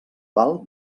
val